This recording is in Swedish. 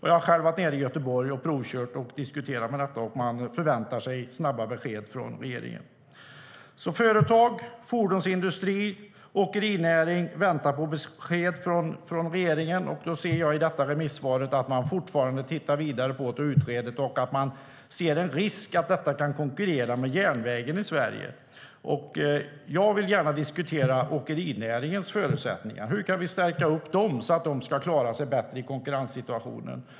Jag har själv varit nere i Göteborg och diskuterat detta och provkört. Man förväntar sig snabba besked från regeringen. Företag, fordonsindustri och åkerinäring väntar på besked från regeringen. Jag ser i detta interpellationssvar att man fortfarande tittar vidare på och utreder detta och att man ser en risk för att det kan konkurrera med järnvägen i Sverige. Jag vill för min del gärna diskutera just åkerinäringens förutsättningar. Hur kan vi stärka åkerierna, så att de klarar sig bättre i konkurrensen?